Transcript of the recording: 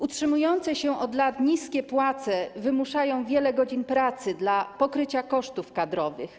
Utrzymujące się od lat niskie płace wymuszają wiele godzin pracy dla pokrycia kosztów kadrowych.